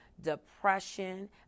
depression